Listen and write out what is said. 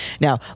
Now